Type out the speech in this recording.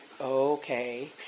okay